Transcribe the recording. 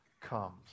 comes